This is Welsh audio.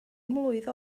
mlwydd